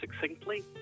succinctly